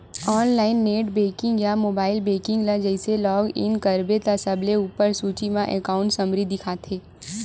online net banking या mobile banking ल जइसे लॉग इन करबे त सबले उप्पर सूची म एकांउट समरी दिखथे